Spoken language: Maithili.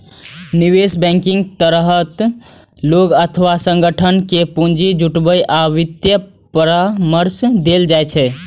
निवेश बैंकिंग के तहत लोग अथवा संगठन कें पूंजी जुटाबै आ वित्तीय परामर्श देल जाइ छै